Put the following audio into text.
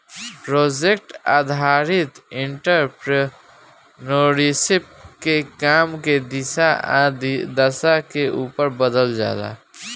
project आधारित entrepreneurship के काम के दिशा आ दशा के उपर बदलल जाला